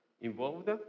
involved